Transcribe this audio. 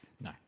No